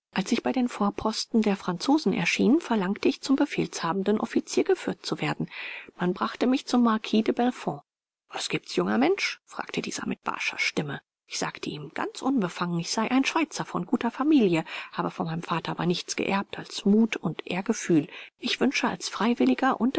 als ich bei den vorposten der franzosen erschien verlangte ich zum befehlshabenden offizier geführt zu werden man brachte mich zum marquis de bellefonds was giebt's junger mensch fragte dieser mit barscher stimme ich sagte ihm ganz unbefangen ich sei ein schweizer von guter familie habe von meinem vater aber nichts geerbt als mut und ehrgefühl ich wünsche als freiwilliger